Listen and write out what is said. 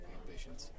ambitions